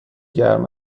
گرم